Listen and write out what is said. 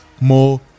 more